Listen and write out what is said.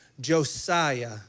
Josiah